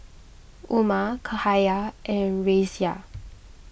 Umar Cahaya and Raisya